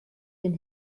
den